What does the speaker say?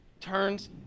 turns